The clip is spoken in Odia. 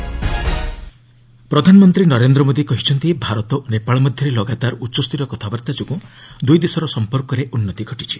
ପିଏମ୍ ପ୍ରଚଣ୍ଡ ପ୍ରଧାନମନ୍ତ୍ରୀ ନରେନ୍ଦ୍ର ମୋଦି କହିଛନ୍ତି ଭାରତ ଓ ନେପାଳ ମଧ୍ୟରେ ଲଗାତାର ଉଚ୍ଚସ୍ତରୀୟ କଥାବାର୍ତ୍ତା ଯୋଗୁଁ ଦୁଇ ଦେଶର ସମ୍ପର୍କରେ ଉନ୍ନତି ଘଟିଛି